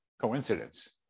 coincidence